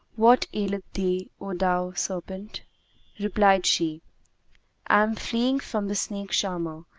what aileth thee, o thou serpent replied she, i am fleeing from the snake-charmer,